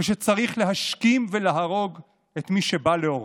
ושצריך להשכים ולהרוג את מי שבא להורגנו.